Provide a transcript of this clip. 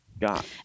God